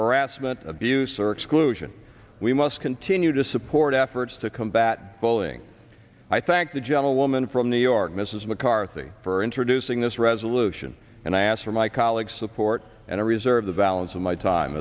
harassment abuse or exclusion we must continue to support efforts to combat bullying i thank the gentlewoman from new york mrs mccarthy for introducing this resolution and i ask for my colleagues support and i reserve the balance of my time